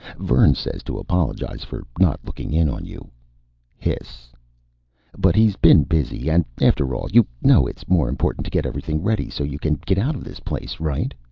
vern says to apologize for not looking in on you hiss but he's been busy. and after all, you know it's more important to get everything ready so you can get out of this place, right?